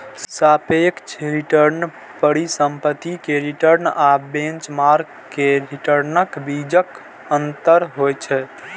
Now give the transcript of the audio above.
सापेक्ष रिटर्न परिसंपत्ति के रिटर्न आ बेंचमार्क के रिटर्नक बीचक अंतर होइ छै